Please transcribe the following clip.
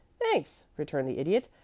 thanks, returned the idiot.